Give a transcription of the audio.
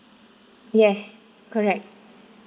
yes correct